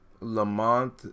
Lamont